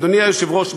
אדוני היושב-ראש,